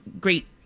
great